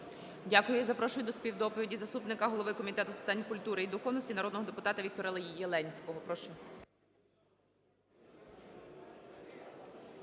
Дякую. Прошу до співдоповіді заступника голови Комітету з питань культури і духовності народного депутата Віктора Єленського. Прошу.